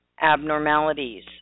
abnormalities